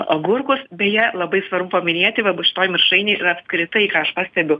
agurkus beje labai svarbu paminėti va šitoj mišrainėj ir apskritai ką aš pastebiu